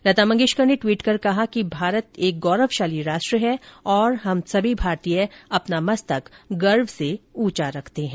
लता मंगेशकर ने ट्वीट कर कहा कि भारत एक गौरवशाली राष्ट्र है और हम सभी भारतीय अपना मस्तक गर्व से उंचा रखते है